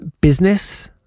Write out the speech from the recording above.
business